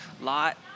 Lot